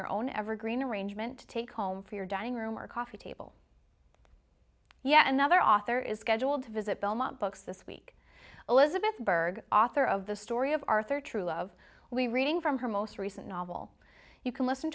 your own evergreen arrangement to take home for your dining room or coffee table yet another author is scheduled to visit belmont books this week elizabeth burg author of the story of arthur true love we reading from her most recent novel you can listen